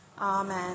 Amen